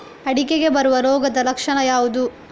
ಅಡಿಕೆಗೆ ಬರುವ ರೋಗದ ಲಕ್ಷಣ ಯಾವುದು?